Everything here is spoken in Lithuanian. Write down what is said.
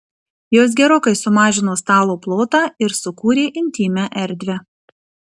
jos gerokai sumažino stalo plotą ir sukūrė intymią erdvę